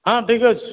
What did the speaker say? ହଁ ଠିକ୍ ଅଛି